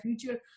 future